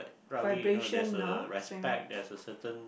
right away you know there's a respect there's a certain